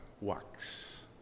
wax